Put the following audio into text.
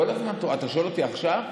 כל הזמן, אתה שואל אותי עכשיו?